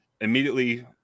immediately